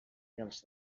dels